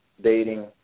dating